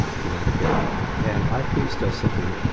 and connecticut and our priest does something.